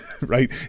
right